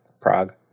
Prague